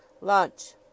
Lunch